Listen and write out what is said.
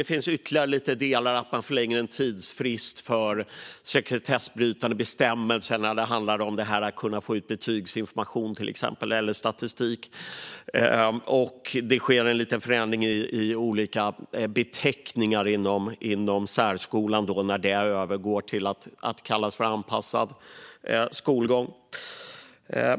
Det finns ytterligare några delar, som att man förlänger tidsfristen för sekretessbrytande bestämmelser när det handlar om att kunna få ut betygsinformation eller statistik, till exempel. Det sker också en liten förändring när det gäller olika beteckningar inom särskolan, när den övergår till att kallas för anpassad skolgång.